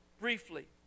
briefly